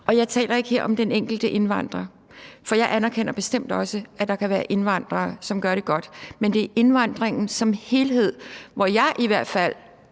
Og jeg taler ikke her om den enkelte indvandrer, for jeg anerkender bestemt også, at der kan være indvandrere, som gør det godt. Men det er indvandringen som helhed, hvor jeg i hvert fald,